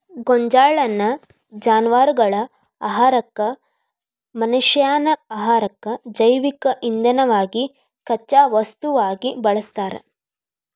ಗೋಂಜಾಳನ್ನ ಜಾನವಾರಗಳ ಆಹಾರಕ್ಕ, ಮನಷ್ಯಾನ ಆಹಾರಕ್ಕ, ಜೈವಿಕ ಇಂಧನವಾಗಿ ಕಚ್ಚಾ ವಸ್ತುವಾಗಿ ಬಳಸ್ತಾರ